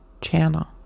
channel